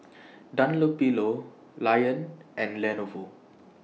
Dunlopillo Lion and Lenovo